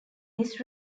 this